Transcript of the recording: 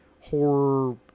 horror